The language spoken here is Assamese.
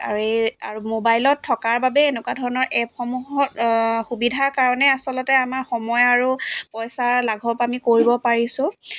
আৰু এই আৰু মোবাইলত থকাৰ বাবেই এনেকুৱা ধৰণৰ এপসমূহৰ সুবিধাৰ কাৰণেই আমাৰ আচলতে সময় আৰু পইচা লাঘৱ আমি কৰিব পাৰিছোঁ